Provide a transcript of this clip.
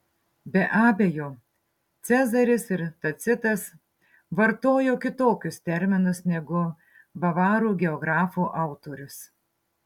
be abejo cezaris ir tacitas vartojo kitokius terminus negu bavarų geografo autorius